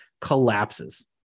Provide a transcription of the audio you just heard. collapses